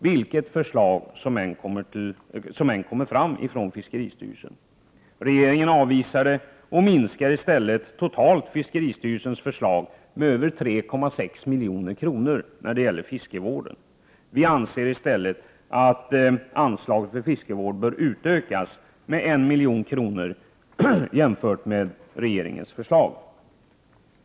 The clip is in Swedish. Vilket förslag som än kommer från fiskeristyrelsen avvisar regeringen det och minskar i stället totalt sett fiskeristyrelsens förslag med över 3,6 milj.kr. när det gäller fiskevården. Vi anser att anslaget för fiskevården bör ökas med 1 milj.kr. jämfört med regeringens förslag.